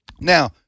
Now